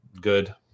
good